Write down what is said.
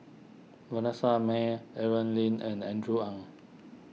Vanessa Mae Aaron Lee and Andrew Ang